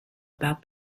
about